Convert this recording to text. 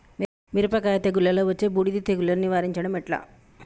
మిరపకాయ తెగుళ్లలో వచ్చే బూడిది తెగుళ్లను నివారించడం ఎట్లా?